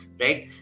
right